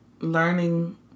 learning